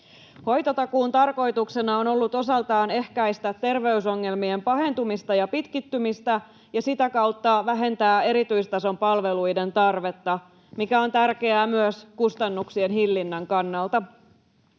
Hoitotakuun tarkoituksena on ollut osaltaan ehkäistä terveysongelmien pahentumista ja pitkittymistä ja sitä kautta vähentää erityistason palveluiden tarvetta, mikä on tärkeää myös kustannusten hillinnän kannalta.